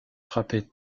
frappé